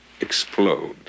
explode